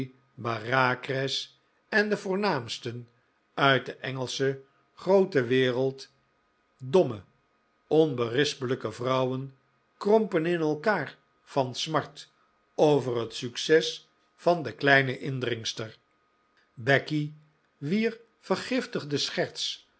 bareacres en de voornaamsten uit de engelsche groote wereld domme onberispelijke vrouwen krompen in elkaar van smart over het succes van de kleine indringster becky wier vergiftigde